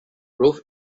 roth